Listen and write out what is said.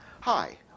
Hi